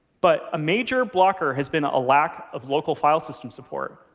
but a major blocker has been a lack of local file system support.